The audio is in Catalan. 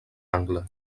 angle